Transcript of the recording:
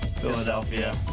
Philadelphia